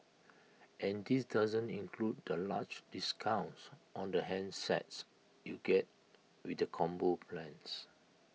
and this doesn't include the large discounts on the handsets you get with the combo plans